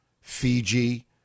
Fiji